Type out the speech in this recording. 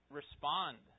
respond